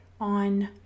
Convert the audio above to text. on